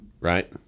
right